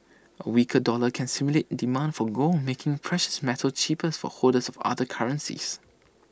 A weaker dollar can stimulate demand for gold making precious metal cheaper for holders of other currencies